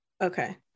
Okay